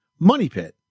MONEYPIT